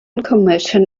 commission